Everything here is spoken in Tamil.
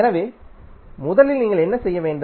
எனவே முதலில் நீங்கள் என்ன செய்ய வேண்டும்